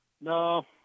No